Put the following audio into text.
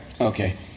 Okay